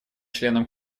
членам